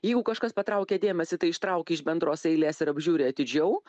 jeigu kažkas patraukia dėmesį tai ištrauki iš bendros eilės ir apžiūri atidžiau